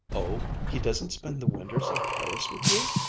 oh, he doesn't spend the winters in paris with you?